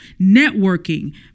networking